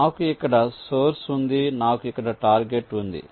నాకు ఇక్కడ సోర్స్ ఉంది నాకు ఇక్కడ టార్గెట్ ఉంది